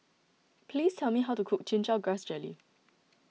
please tell me how to cook Chin Chow Grass Jelly